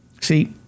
See